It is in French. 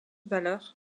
valeur